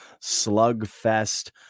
slugfest